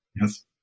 Yes